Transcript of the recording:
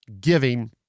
giving